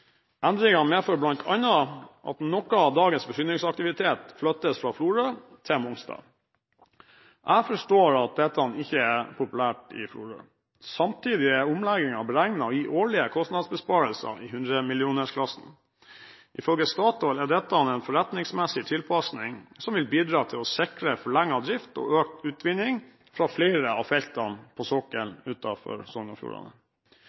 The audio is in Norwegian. Endringene medfører bl.a. at noe av dagens forsyningsaktivitet flyttes fra Florø til Mongstad. Jeg forstår at dette ikke er populært i Florø. Samtidig er omleggingen beregnet å gi årlige kostnadsbesparelser i hundremillionersklassen. Ifølge Statoil er dette en forretningsmessig tilpasning som vil bidra til å sikre forlenget drift og økt utvinning fra flere av feltene på sokkelen utenfor Sogn og Fjordane.